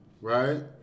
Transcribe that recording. right